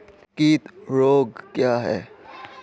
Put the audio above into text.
कीट रोग क्या है?